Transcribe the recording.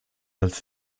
als